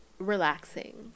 relaxing